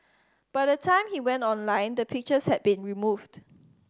by the time he went online the pictures had been removed